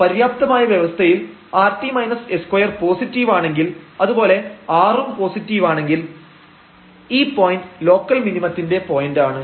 ഇനി പര്യാപ്തമായ വ്യവസ്ഥയിൽ rt s2 പോസിറ്റീവാണെങ്കിൽ അത് പോലെ r ഉം പോസിറ്റീവാണെങ്കിൽ ഈ പോയന്റ് ലോക്കൽ മിനിമത്തിന്റെ പോയന്റാണ്